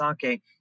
sake